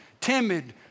timid